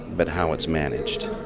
but how its managed.